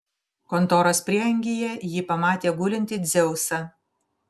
kontoros prieangyje ji pamatė gulintį dzeusą